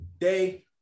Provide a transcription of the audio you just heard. Day